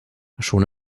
schon